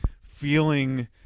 feeling